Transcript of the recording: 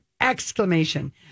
Exclamation